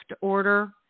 order